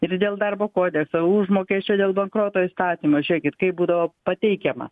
ir dėl darbo kodekso užmokesčio dėl bankroto įstatymo žiūrėkit kaip būdavo pateikiama